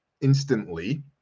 instantly